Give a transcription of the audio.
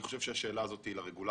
אני חושב שהשאלה הזאת היא לרגולטורים.